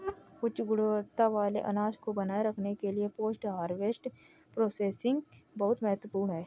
उच्च गुणवत्ता वाले अनाज को बनाए रखने के लिए पोस्ट हार्वेस्ट प्रोसेसिंग बहुत महत्वपूर्ण है